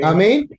Amen